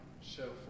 show